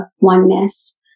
oneness